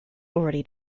already